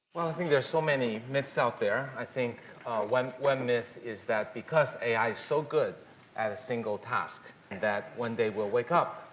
well, i think there are so many myths out there. i think one, one myth is that because a i. is so good at a single task, that one day we'll wake up,